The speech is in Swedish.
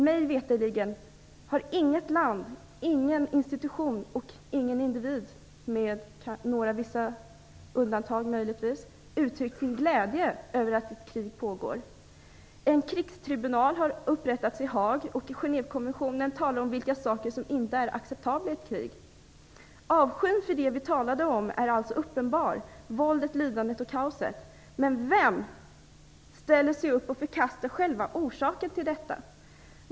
Mig veterligen har inget land, ingen institution och ingen individ - möjligtvis med vissa undantag - uttryckt sin glädje över att ett krig pågår. En krigstribunal har upprättats i Haag, och Genèvekonventionen talar om vilka saker som inte är acceptabla i ett krig. Avskyn för det vi talade om är alltså uppenbar: våldet, lidandet och kaoset. Men vem ställer sig upp och förkastar själva orsaken till detta?